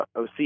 OC